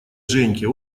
женьке